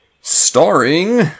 Starring